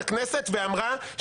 אני גאה.